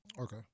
Okay